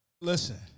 Listen